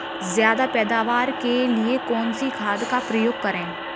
ज्यादा पैदावार के लिए कौन सी खाद का प्रयोग करें?